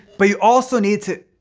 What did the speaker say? but you also need to.